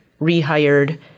rehired